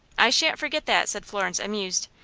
i shan't forget that, said florence, amused.